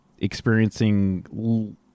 experiencing